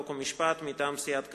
חוק ומשפט מטעם סיעת קדימה: